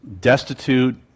destitute